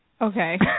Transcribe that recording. Okay